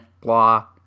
blah